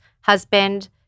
husband